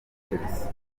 chelsea